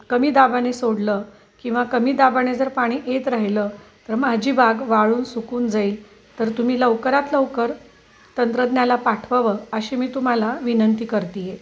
कमी दाबाने सोडलं किंवा कमी दाबाने जर पाणी येत राहिलं तर माझी बाग वाळून सुकून जाईल तर तुम्ही लवकरात लवकर तंत्रज्ञाला पाठवावं अशी मी तुम्हाला विनंती करत आहे